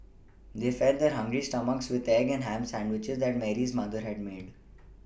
they fed their hungry stomachs with the egg and ham sandwiches that Mary's mother had made